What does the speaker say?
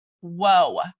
whoa